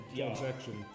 transaction